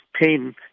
pain